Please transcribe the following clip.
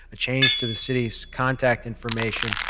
a change to the city's contact information,